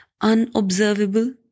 unobservable